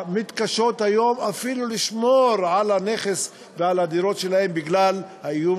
המתקשות היום אפילו לשמור על הנכס ועל הדירות שלהם בגלל האיום